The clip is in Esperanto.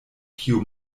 kio